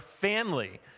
family